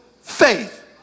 faith